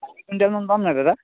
কুইণ্টেলমান পাম নাই দাদা